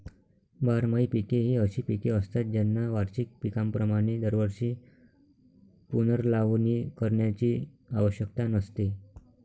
बारमाही पिके ही अशी पिके असतात ज्यांना वार्षिक पिकांप्रमाणे दरवर्षी पुनर्लावणी करण्याची आवश्यकता नसते